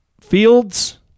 Fields